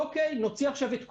"אוקיי, נוציא עכשיו את כולם"